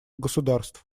государств